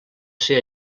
ser